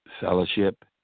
fellowship